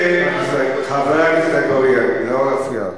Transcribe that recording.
חבר הכנסת אגבאריה, לא להפריע לשר,